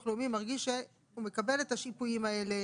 לאומי מרגיש שהוא מקבל את השיפויים האלה,